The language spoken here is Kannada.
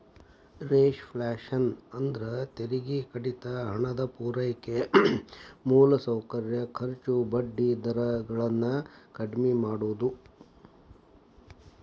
ರೇಫ್ಲ್ಯಾಶನ್ ಅಂದ್ರ ತೆರಿಗೆ ಕಡಿತ ಹಣದ ಪೂರೈಕೆ ಮೂಲಸೌಕರ್ಯ ಖರ್ಚು ಬಡ್ಡಿ ದರ ಗಳನ್ನ ಕಡ್ಮಿ ಮಾಡುದು